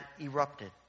erupted